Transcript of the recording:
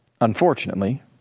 unfortunately